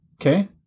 Okay